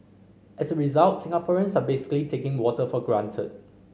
as a result Singaporeans are basically taking water for granted